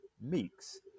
Meeks